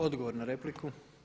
Odgovor na repliku.